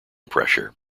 pressure